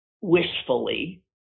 wishfully